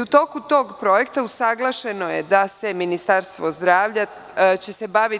U toku tog projekta uslaglašeno je da se Ministarstvo zdravlja bavi